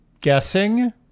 guessing